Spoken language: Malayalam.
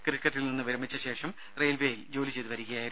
ക്രിക്കറ്റിൽ നിന്ന് വിരമിച്ച ശേഷം റെയിൽവേയിൽ ജോലി ചെയ്തു വരികയായിരുന്നു